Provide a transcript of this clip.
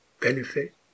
benefit